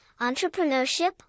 entrepreneurship